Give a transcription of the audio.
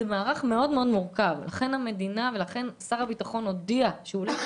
זה מערך מורכב ולכן שר הביטחון הודיע שהוא הולך